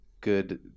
good